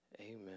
Amen